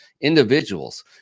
individuals